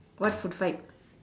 what food fight